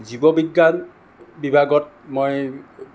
জীৱবিজ্ঞান বিভাগত মই